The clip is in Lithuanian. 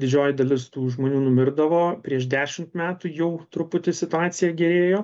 didžioji dalis tų žmonių numirdavo prieš dešimt metų jau truputį situacija gerėjo